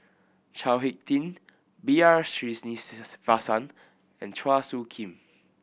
Chao Hick Tin B R Sreenivasan and Chua Soo Khim